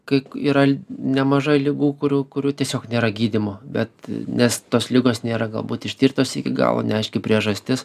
kai yra nemažai ligų kurių kurių tiesiog nėra gydymo bet nes tos ligos nėra galbūt ištirtos iki galo neaiški priežastis